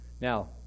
Now